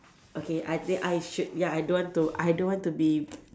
okay I think I should ya I don't want to I don't want to be